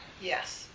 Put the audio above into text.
Yes